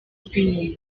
rw’inyuma